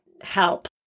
help